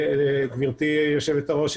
גברתי יושבת הראש,